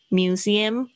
museum